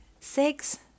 six